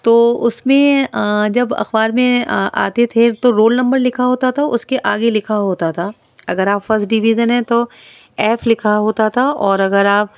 تو اس میں جب اخبار میں آتے تھے تو رول نمبر لکھا ہوتا تھا اس کے آگے لکھا ہوتا تھا اگر آپ فسٹ ڈویژن ہیں تو ایف لکھا ہوتا تھا اور اگر آپ